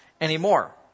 anymore